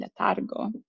letargo